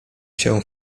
się